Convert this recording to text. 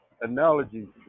analogy